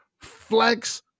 flex